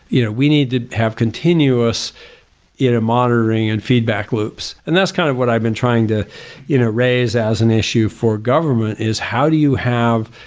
you know, we need to have continuous monitoring and feedback loops. and that's kind of what i've been trying to you know raise as an issue for government is how do you have,